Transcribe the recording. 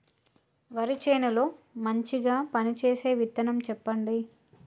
వరి చేను లో మంచిగా పనిచేసే విత్తనం చెప్పండి?